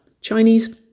Chinese